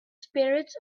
spirits